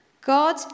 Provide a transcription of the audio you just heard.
God